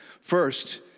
First